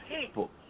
people